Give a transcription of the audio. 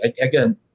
again